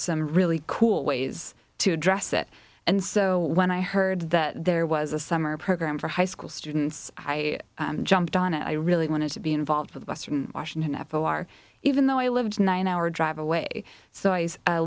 some really cool ways to address it and so when i heard that there was a summer program for high school students i jumped on it i really wanted to be involved with western washington f o r even though i lived nine hour drive away so i